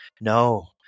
No